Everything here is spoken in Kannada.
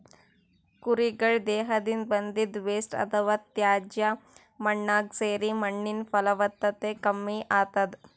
ಕುರಿಗಳ್ ದೇಹದಿಂದ್ ಬಂದಿದ್ದ್ ವೇಸ್ಟ್ ಅಥವಾ ತ್ಯಾಜ್ಯ ಮಣ್ಣಾಗ್ ಸೇರಿ ಮಣ್ಣಿನ್ ಫಲವತ್ತತೆ ಕಮ್ಮಿ ಆತದ್